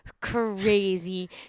crazy